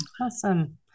awesome